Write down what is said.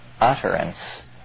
utterance